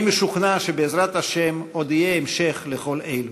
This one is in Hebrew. אני משוכנע שבעזרת השם עוד יהיה המשך לכל אלה.